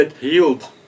Healed